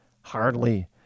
Hardly